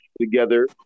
together